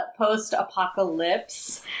post-apocalypse